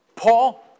Paul